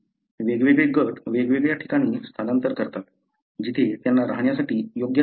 वेगवेगळे गट वेगवेगळ्या ठिकाणी स्थलांतर करतात जिथे त्यांना राहण्यासाठी योग्य जागा मिळेल